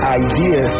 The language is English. idea